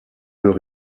veut